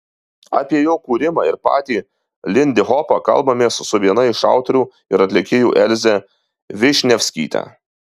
apie jo kūrimą ir patį lindihopą kalbamės su viena iš autorių ir atlikėjų elze višnevskyte